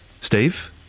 Steve